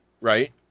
right